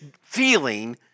feeling